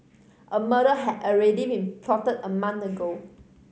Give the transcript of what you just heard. a murder had already been plotted a month ago